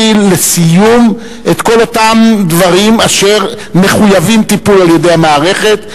לסיום את כל אותם דברים אשר מחויבים טיפול על-ידי המערכת,